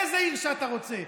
איזו עיר שאתה רוצה,